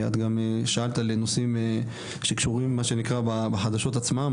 את גם שאלת על נושאים שקשורים מה שנקרא בחדשות עצמן,